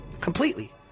completely